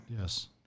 Yes